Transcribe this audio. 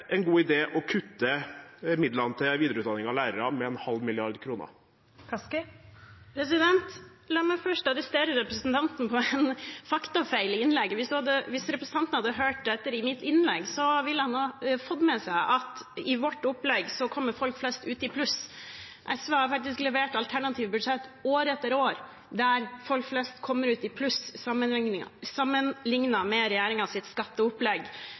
en god idé å kutte i midlene til videreutdanning av lærere med en halv milliard kroner? La meg først arrestere representanten for en faktafeil i innlegget. Hvis representanten hadde hørt etter i mitt innlegg, ville han ha fått med seg at i vårt opplegg kommer folk flest ut i pluss. SV har faktisk levert alternative budsjett år etter år der folk flest kommer ut i pluss sammenlignet med regjeringens skatteopplegg.